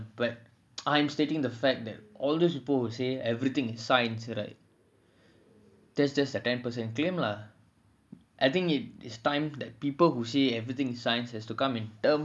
but I'm stating the fact that all those people who say everything is science correct that's just a ten percent claim lah I think it is time that people who say everything is science has to come into term